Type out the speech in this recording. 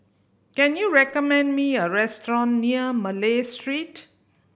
can you recommend me a restaurant near Malay Street